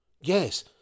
Yes